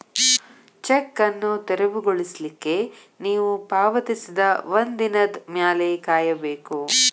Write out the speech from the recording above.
check ಅನ್ನು ತೆರವುಗೊಳಿಸ್ಲಿಕ್ಕೆ ನೇವು ಪಾವತಿಸಿದ ಒಂದಿನದ್ ಮ್ಯಾಲೆ ಕಾಯಬೇಕು